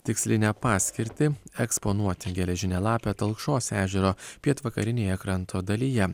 tikslinę paskirtį eksponuoti geležinę lapę talkšos ežero pietvakarinėje kranto dalyje